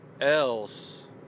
else